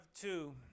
two